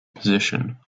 position